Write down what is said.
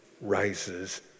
rises